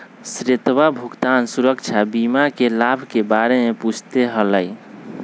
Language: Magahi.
श्वेतवा भुगतान सुरक्षा बीमा के लाभ के बारे में पूछते हलय